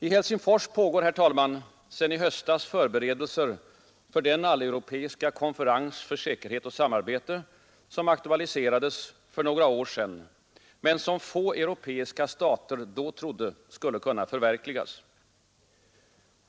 I Helsingfors pågår sedan i höstas förberedelser för den alleuropeiska konferens för säkerhet och samarbete som aktualiserades för några år sedan men som få europeiska stater då trodde skulle kunna förverkligas.